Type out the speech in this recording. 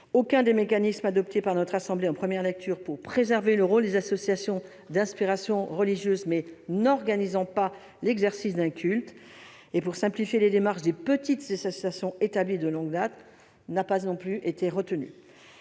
aucun des mécanismes adoptés par notre assemblée en première lecture qui visaient à préserver le rôle des associations d'inspiration religieuse, sans organiser l'exercice d'un culte, et à simplifier les démarches des petites associations établies de longue date. Par ailleurs,